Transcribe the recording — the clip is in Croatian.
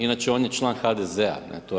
Inače, on je član HDZ-a.